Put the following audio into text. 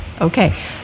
Okay